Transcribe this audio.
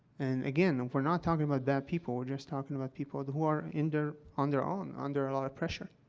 and, again, we're not talking about bad people we're just talking about people who are in their on their own, under a lot of pressure.